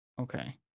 okay